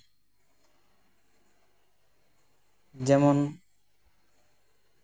ᱡᱮᱢᱚᱱ